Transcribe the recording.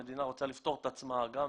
המדינה רוצה לפטור את עצמה גם